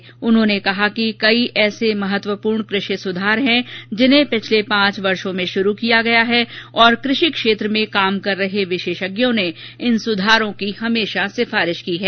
कृषि मंत्री ने कहा कि कई ऐसे महत्वपूर्ण कृषि सुधार हैं जिन्हें पिछले पांच वर्षो में शुरू किया गया है और कृषि क्षेत्र में काम कर रहे विशेषज्ञों ने इन सुधारों की हमेशा से सिफारिश की है